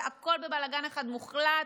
והכול בבלגן אחד מוחלט,